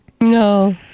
No